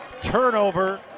turnover